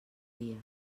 dies